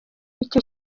icyo